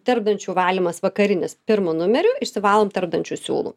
tarpdančių valymas vakarinis pirmu numeriu išsivalom tarpdančių siūlu